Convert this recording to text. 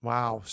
Wow